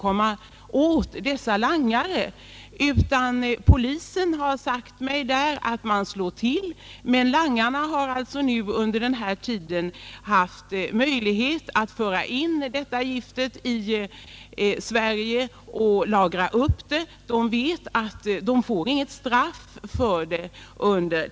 Polisen har sagt mig att man gör så gott man kan för att ta giftet i beslag. Men langarna har alltså nu, under denna tid, haft möjlighet att föra in detta gift i Sverige och lagra upp det. De vet att de inte får något straff för denna handling.